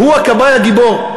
הוא הכבאי הגיבור.